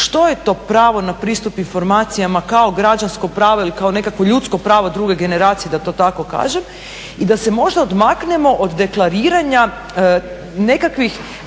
što je to pravo na pristup informacijama kao građansko pravo ili kao nekakvo ljudsko pravo druge generacije da to tako kažem i da se možda odmaknemo od deklariranja nekakvih